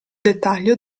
dettaglio